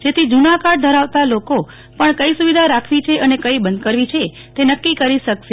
જેથી જૂના કાર્ડ ધરવાતા લોકો પણ કઈ સુવિધા રાખવી છે અને કઈ બંધ કરવી છે તે નક્કી કરી શકશે